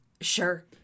Sure